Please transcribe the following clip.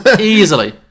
Easily